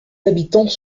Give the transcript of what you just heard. habitants